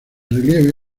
relieve